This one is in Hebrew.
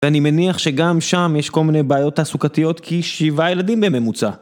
ואני מניח שגם שם יש כל מיני בעיות תעסוקתיות כי שבעה ילדים בממוצע